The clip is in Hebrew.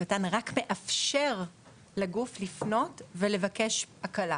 קטן רק מאפשרת לגוף לפנות ולבקש הקלה.